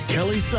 Kelly